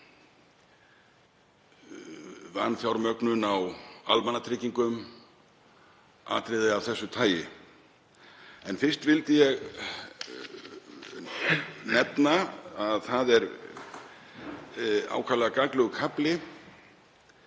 vanfjármögnun á almannatryggingum, atriði af því tagi. En fyrst vildi ég nefna að það er ákaflega gagnlegur kafli